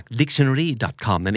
dictionary.com